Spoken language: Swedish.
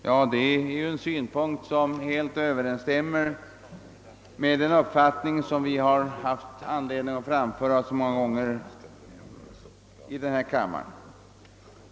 Ja, det är en synpunkt som helt överensstämmer med den uppfattning som vi många gånger haft anledning att framföra i denna kammare.